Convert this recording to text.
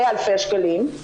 זה אלפי השקלים,